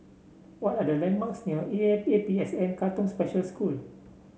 what are the landmarks near E A A P S N Katong Special School